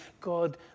God